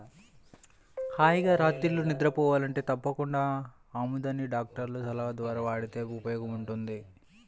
హాయిగా రాత్రిళ్ళు నిద్రబోవాలంటే తప్పకుండా ఆముదాన్ని డాక్టర్ల సలహా ద్వారా వాడితే ఉపయోగముంటది